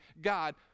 God